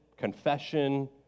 confession